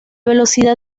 velocidad